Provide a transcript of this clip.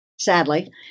sadly